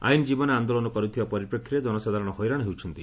ଆଇନଜୀବୀମାନେ ଆନ୍ଦୋଳନ କର୍ତଥିବା ପରିପ୍ରେକ୍ଷୀରେ ଜନସାଧାରଣ ହଇରାଣ ହେଉଛନ୍ତି